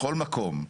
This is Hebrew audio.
בכל מקום.